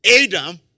Adam